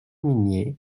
minier